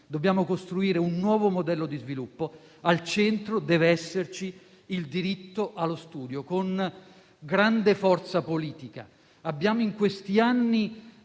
dobbiamo costruire un nuovo modello di sviluppo, al centro deve esserci il diritto allo studio. Con grande forza politica abbiamo in questi anni